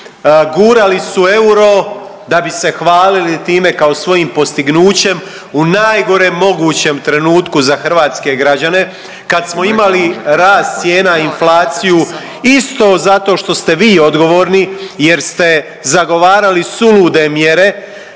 Gurali su euro da bi se hvalili time kao svojim postignućem u najgorem mogućem trenutku za hrvatske građane, kad smo imali rast cijena i inflaciju isto zato što ste vi odgovorni jer ste zagovarali sulude mjere